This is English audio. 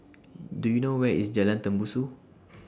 Do YOU know Where IS Jalan Tembusu